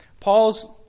Paul's